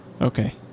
Okay